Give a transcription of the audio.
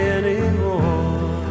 anymore